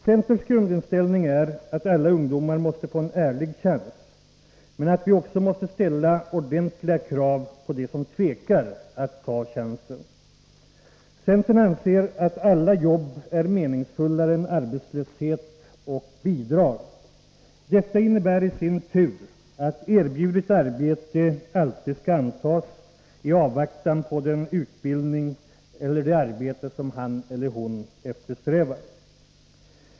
Centerns grundinställning är att alla ungdomar måste få en ärlig chans, men att vi också måste ställa ordentliga krav på dem som tvekar att ta chansen. Centern anser att alla jobb är meningsfullare än arbetslöshet och bidrag. Detta innebär i sin tur att erbjudet arbete alltid skall antas i avvaktan på den utbildning eller det arbete som han eller hon eftersträvar.